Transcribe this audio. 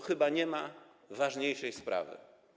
Chyba nie ma ważniejszej sprawy.